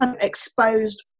exposed